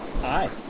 Hi